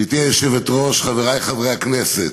גברתי היושבת-ראש, חבריי חברי הכנסת,